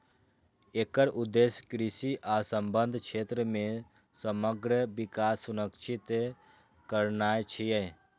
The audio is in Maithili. एकर उद्देश्य कृषि आ संबद्ध क्षेत्र मे समग्र विकास सुनिश्चित करनाय छियै